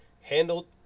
handled